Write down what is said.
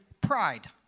Pride